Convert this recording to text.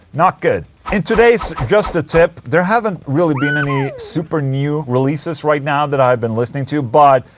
not good in today's just the tip. there haven't really been any super new releases right now that i've been listening to, but.